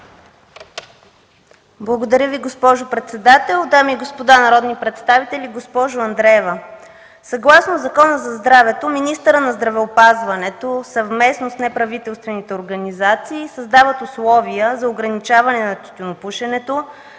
Благодаря Ви, госпожо председател. Дами и господа народни представители! Госпожо Андреева, съгласно Закона за здравето министърът на здравеопазването, съвместно с неправителствените организации, създава условия за ограничаване на тютюнопушенето,